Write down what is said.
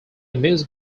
music